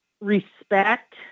respect